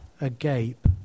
agape